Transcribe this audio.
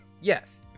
yes